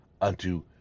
unto